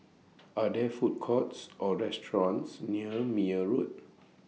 Are There Food Courts Or restaurants near Meyer Road